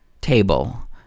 table